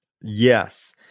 Yes